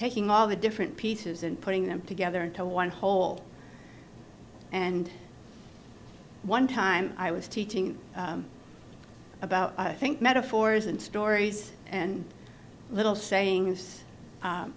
taking all the different pieces and putting them together into one whole and one time i was teaching about i think metaphors and stories and little saying